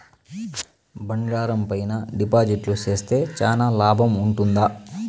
బంగారం పైన డిపాజిట్లు సేస్తే చానా లాభం ఉంటుందా?